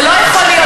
זה לא יכול להיות,